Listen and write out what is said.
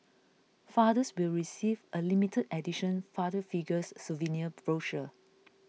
fathers will receive a limited edition Father Figures souvenir brochure